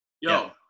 Yo